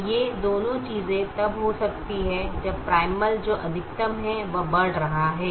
तो ये दोनों चीजें तब हो सकती हैं जब प्राइमल जो अधिकतम है वह बढ़ रहा है